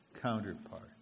counterpart